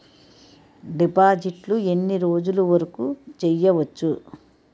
డిపాజిట్లు ఎన్ని రోజులు వరుకు చెయ్యవచ్చు?